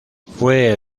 fue